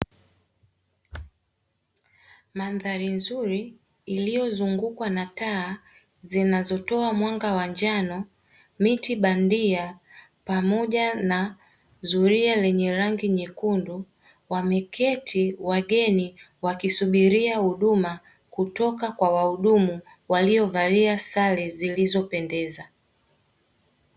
Mandhari nzuri iliyozungukwa na taa zinazotoa mwanga wa njano miti bandia pamoja, na zuria lenye rangi nyekundu. Wameketi wageni wakisubiria huduma kutoka kwa wahudumu waliovalia sare zilizopendeza.